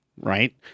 right